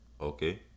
okay